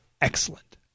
excellent